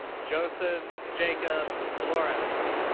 joseph jacob flores.